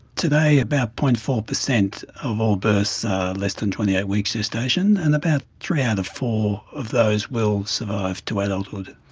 today about zero. four percent of all births are less than twenty eight weeks gestation, and about three out of four of those will survive to adulthood.